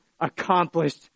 accomplished